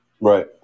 right